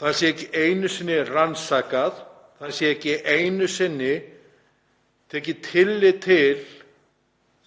það sé ekki einu sinni rannsakað, það sé ekki einu sinni tekið tillit til